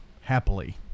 happily